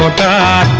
da